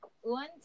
one